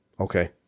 okay